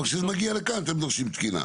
אבל כשזה מגיע לכאן אתם כן דורשים תקינה.